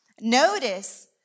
Notice